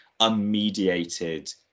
unmediated